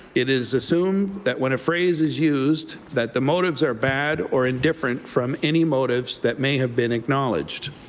it is assumed that when a phrase is used that the motives are bad or indifferent from any motives that may have been acknowledged.